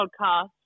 podcast